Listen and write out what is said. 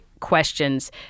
Questions